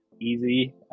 easy